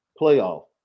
playoff